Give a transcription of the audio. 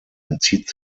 entzieht